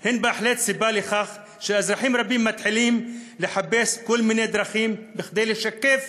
היא בהחלט סיבה לכך שאזרחים רבים מתחילים לחפש כל מיני דרכים כדי לשקף